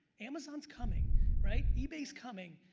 amazon's coming, right? ebay is coming,